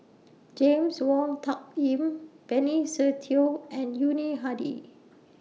James Wong Tuck Yim Benny Se Teo and Yuni Hadi